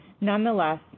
Nonetheless